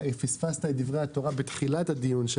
פספסת את דברי התורה של היושב-ראש בתחילת הדיון.